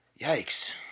Yikes